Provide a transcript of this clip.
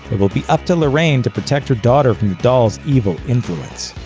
it will be up to lorraine to protect her daughter from the doll's evil influence.